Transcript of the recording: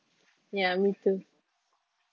ya me too